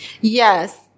Yes